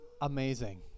amazing